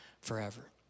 forever